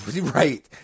Right